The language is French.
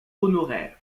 honoraire